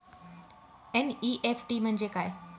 NEFT म्हणजे काय?